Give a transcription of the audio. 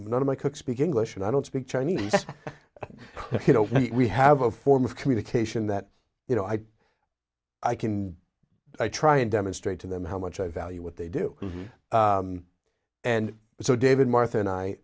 none of my cook speak english and i don't speak chinese you know we have a form of communication that you know i i can i try and demonstrate to them how much i value what they do and so david martha and i